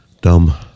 Dumb